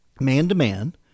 man-to-man